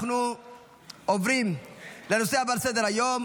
אנחנו עוברים לנושא הבא על סדר-היום,